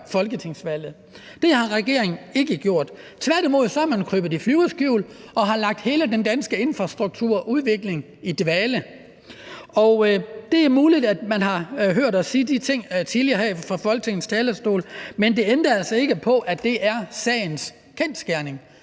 Det har regeringen ikke gjort. Tværtimod er man krøbet i flyverskjul og har lagt hele den danske infrastrukturudvikling i dvale. Det er muligt, at man har hørt os sige de ting tidligere her fra Folketingets talerstol, men det ændrer altså ikke på, at det er sagens kerne;